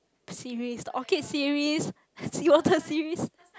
series orchid series seawater series